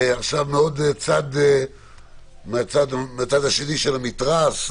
עכשיו מן הצד השני של המתרס,